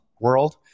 world